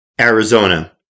Arizona